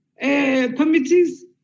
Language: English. committees